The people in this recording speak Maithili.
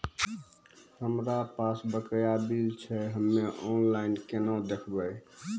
हमरा पास बकाया बिल छै हम्मे ऑनलाइन केना देखबै?